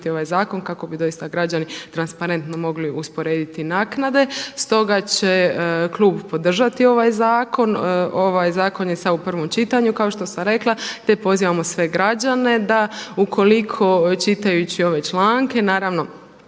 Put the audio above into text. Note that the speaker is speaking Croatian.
ovaj zakon kako bi doista građani transparentno mogli usporediti naknade. Stoga će klub podržati ovaj zakon. Ovaj zakon je sada u prvom čitanju, kao što sam rekla, te pozivamo sve građane da ukoliko čitajući ove članke naravno